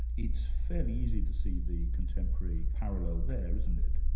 it's fairly easy to see the contemporary parallel there, isn't it?